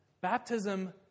Baptism